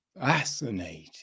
Fascinating